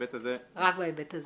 בהיבט הזה,